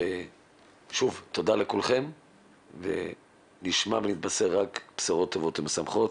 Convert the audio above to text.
שוב תודה לכולכם ונשמע ונתבשר רק בשורות טובות ומשמחות.